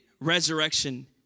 resurrection